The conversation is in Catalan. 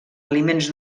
aliments